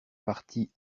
partie